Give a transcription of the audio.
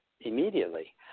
immediately